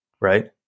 right